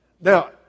Now